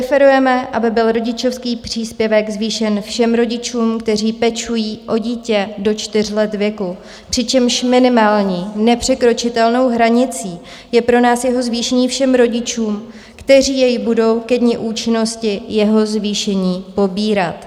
Preferujeme, aby byl rodičovský příspěvek zvýšen všem rodičům, kteří pečují o dítě do čtyř let věku, přičemž minimální nepřekročitelnou hranicí je pro nás jeho zvýšení všem rodičům, kteří jej budou ke dni účinnosti jeho zvýšení pobírat.